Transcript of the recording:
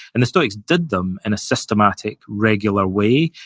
and the stoics did them in a systematic, regular way.